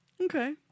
Okay